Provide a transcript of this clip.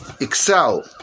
excel